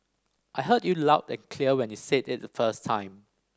I heard you loud and clear when you said it the first time